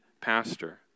pastor